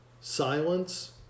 silence